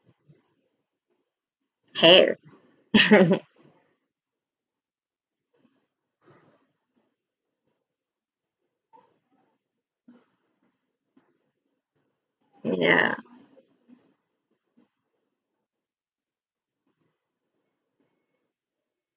hair ya